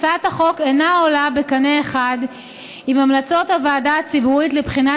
הצעת החוק אינה עולה בקנה אחד עם המלצות הוועדה הציבורית לבחינת